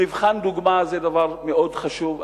מבחן דוגמה זה דבר מאוד חשוב.